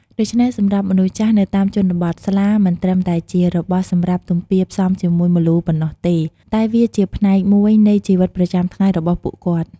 ដូចនេះ សម្រាប់មនុស្សចាស់នៅតាមជនបទ ស្លា មិនត្រឹមតែជារបស់សម្រាប់ទំពារផ្សំជាមួយម្លូប៉ុណ្ណោះទេ តែវាជាផ្នែកមួយនៃជីវិតប្រចាំថ្ងៃរបស់ពួកគាត់។